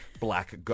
black